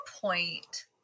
point